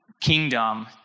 kingdom